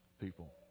people